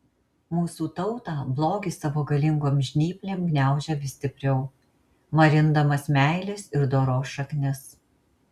mūsų tautą blogis savo galingom žnyplėm gniaužia vis stipriau marindamas meilės ir doros šaknis